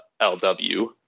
LW